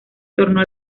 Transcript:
torno